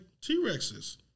T-Rexes